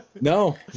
No